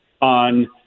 on